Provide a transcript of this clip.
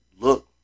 look